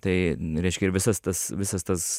tai reiškia ir visas tas visas tas